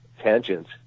tangents